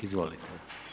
Izvolite.